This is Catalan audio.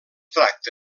tracta